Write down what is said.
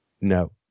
no